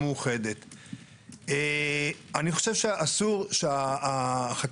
אנו מכלילים מפה את כל העוסקים שזה גם רשתות אופנה,